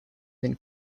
than